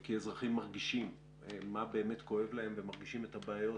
כי האזרחים מרגישים מה באמת כואב להם ומרגישים את הבעיות